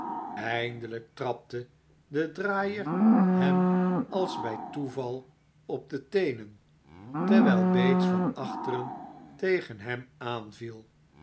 eindelijk trapte de draaier hem als bij toeval op de teenen terwijl bates van achteren tegen hem aanviel